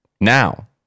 Now